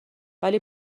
ولی